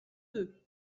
deux